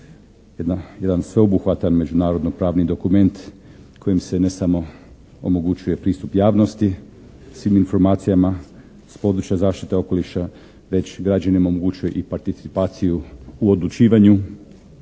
jedan sveobuhvatan međunarodno pravni dokument kojim se ne samo omogućuje pristup javnosti, svim informacijama s područja zaštite okoliša već građanima omogućuje i participaciju u odlučivanju.